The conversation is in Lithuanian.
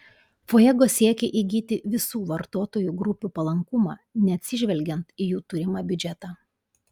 fuego siekė įgyti visų vartotojų grupių palankumą neatsižvelgiant į jų turimą biudžetą